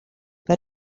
that